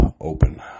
open